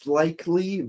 likely